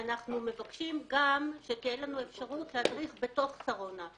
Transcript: אנחנו מבקשים שתהיה לנו גם אפשרות להדריך בתוך שרונה,